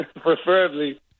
Preferably